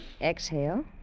Exhale